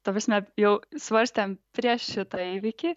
ta prasme jau svarstėm prieš šitą įvykį